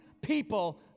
people